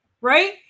right